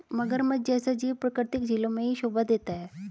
मगरमच्छ जैसा जीव प्राकृतिक झीलों में ही शोभा देता है